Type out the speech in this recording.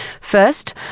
First